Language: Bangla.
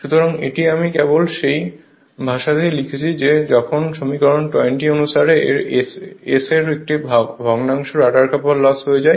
সুতরাং এটি আমি কেবল সেই ভাষাতে লিখছি যখন সমীকরণ 20 অনুসারে এর S এর একটি ভগ্নাংশ রটার কপার লস হয়ে যায়